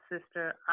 Sister